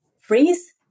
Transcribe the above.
freeze